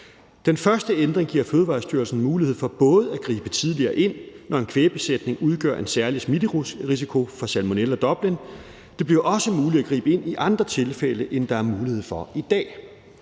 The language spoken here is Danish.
Den første ændring giver Fødevarestyrelsen mulighed for både at gribe tidligere ind, når en kvægbesætning udgør en særlig smitterisiko i forhold til Salmonella Dublin, og det bliver også muligt at gribe ind i andre tilfælde, end der er mulighed for i dag.